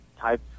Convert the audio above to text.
type